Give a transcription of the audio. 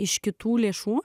iš kitų lėšų